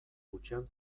hutsean